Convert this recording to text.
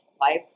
Life